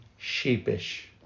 sheepish